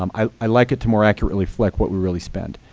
um i like it to more accurately reflect what we really spend.